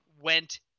went